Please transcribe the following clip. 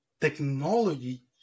technology